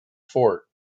fort